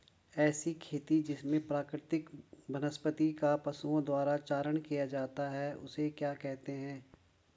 ऐसी खेती जिसमें प्राकृतिक वनस्पति का पशुओं द्वारा चारण किया जाता है उसे क्या कहते हैं?